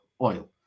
oil